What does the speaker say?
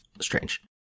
strange